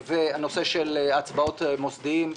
והנושא של הצבעות מוסדיים.